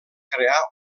crear